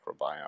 microbiome